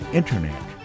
internet